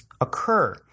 occur